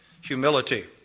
humility